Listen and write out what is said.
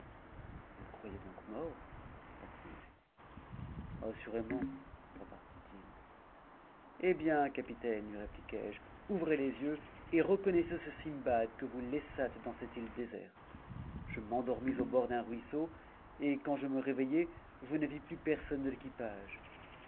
vous le croyez donc mort repris-je assurément repartit il hé bien capitaine lui rép i jjat je ouvrez les yeux et reconnaissez ce sindbad que vous laissâtes dans eue île déserte je m'endormis au bord d'un ruisseau et quand je me eveit ije ne vis plus personne de l'équipage